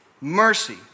mercy